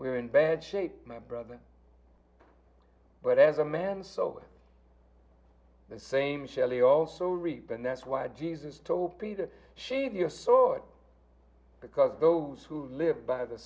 we're in bad shape my brother but as a man so the same shelley also reaping that's why jesus told peter shave your sword because those who live by the